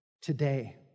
today